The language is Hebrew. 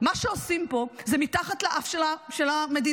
מה שעושים פה זה מתחת לאף של המדינה,